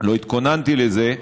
לא התכוננתי לזה.